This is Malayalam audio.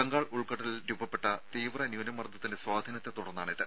ബംഗാൾ ഉൾക്കടലിൽ രൂപപ്പെട്ട തീവ്ര ന്യൂനമർദ്ദത്തിന്റെ സ്വാധീനത്തെ തുടർന്നാണ് ഇത്